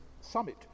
summit